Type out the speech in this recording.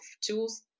tools